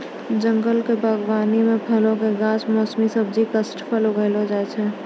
जंगल क बागबानी म फलो कॅ गाछ, मौसमी सब्जी, काष्ठफल उगैलो जाय छै